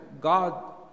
God